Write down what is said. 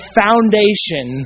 foundation